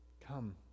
Come